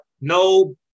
No